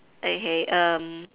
okay um